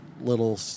little